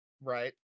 Right